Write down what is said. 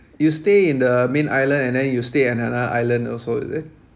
you stay in the main island and then you stay another island also is it